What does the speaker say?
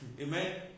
Amen